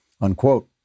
unquote